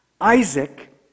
Isaac